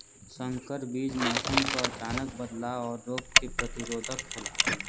संकर बीज मौसम क अचानक बदलाव और रोग के प्रतिरोधक होला